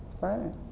fine